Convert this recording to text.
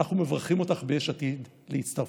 ואנחנו מברכים אותך ביש עתיד על הצטרפותך.